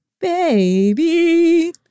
Baby